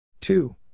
Two